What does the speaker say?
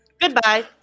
Goodbye